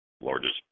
largest